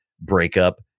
breakup